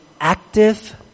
active